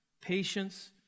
patience